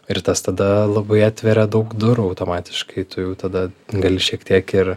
ir tas tada labai atveria daug durų automatiškai tu jau tada gali šiek tiek ir